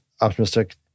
optimistic